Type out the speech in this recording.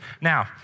Now